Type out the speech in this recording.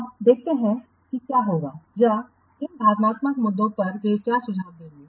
अब देखते हैं कि क्या होगा या इन भावनात्मक मुद्दों पर वे क्या सुझाव देंगे